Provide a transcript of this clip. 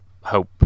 hope